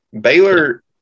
Baylor